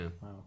Wow